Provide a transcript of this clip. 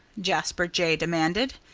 jasper jay demanded.